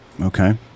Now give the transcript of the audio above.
okay